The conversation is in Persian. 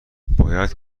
باید